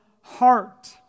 heart